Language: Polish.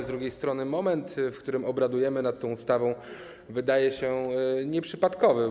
Z drugiej strony moment, w którym obradujemy nad tym projektem ustawy, wydaje się nieprzypadkowy.